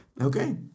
Okay